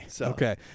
Okay